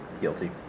Guilty